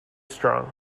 strong